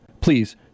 please